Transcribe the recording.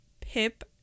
Pip